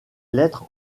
lettres